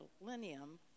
millennium